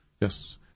Yes